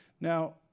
Now